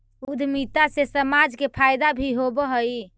उद्यमिता से समाज के फायदा भी होवऽ हई